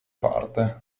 parte